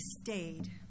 stayed